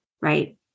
Right